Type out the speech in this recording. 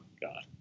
God